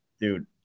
dude